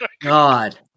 god